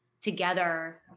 together